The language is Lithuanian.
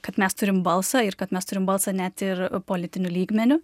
kad mes turim balsą ir kad mes turim balsą net ir politiniu lygmeniu